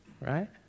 Right